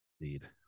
Indeed